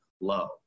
low